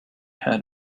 had